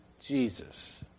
Jesus